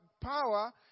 power